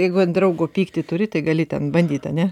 jeigu ant draugo pyktį turi tai gali ten bandyt ar ne